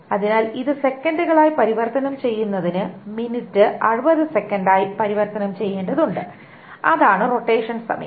അതിനാൽ ഇത് സെക്കന്റുകളായി പരിവർത്തനം ചെയ്യുന്നതിന് മിനിറ്റ് 60 സെക്കൻഡായി പരിവർത്തനം ചെയ്യേണ്ടതുണ്ട് അതാണ് റൊട്ടേഷൻ സമയം